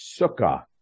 Sukkah